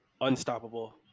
unstoppable